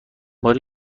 باری